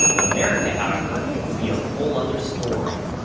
america, however, would be a whole other story.